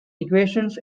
equations